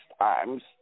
times